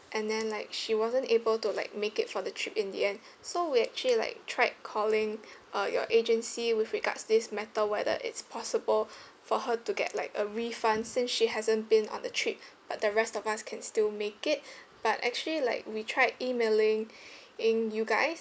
and then like she wasn't able to like make it for the trip in the end so we actually like tried calling uh your agency with regards this matter whether it's possible for her to get like a refund since she hasn't been on the trip but the rest of us can still make it but actually like we tried emailing ~ing you guys